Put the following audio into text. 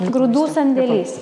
grūdų sandėlys